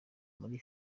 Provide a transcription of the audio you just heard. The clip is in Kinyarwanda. muri